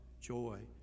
joy